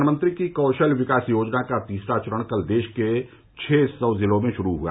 प्रधानमंत्री की कौशल विकास योजना का तीसरा चरण कल देश के छह सौ जिलों में शुरु हुआ